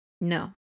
no